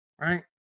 right